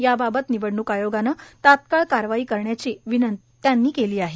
याबाबत निवडणूक आयोगानं तात्काळ कारवाई करण्याची विनंती त्यांनी केली आहे